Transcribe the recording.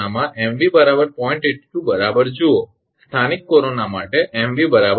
82 બરાબર જુઓ સ્થાનિક કોરોના માટે 𝑚𝑣 0